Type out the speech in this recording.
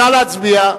נא להצביע.